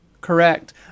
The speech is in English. Correct